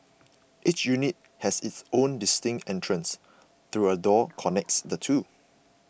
each unit has its own distinct entrance though a door connects the two